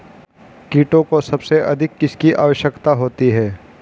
कीटों को सबसे अधिक किसकी आवश्यकता होती है?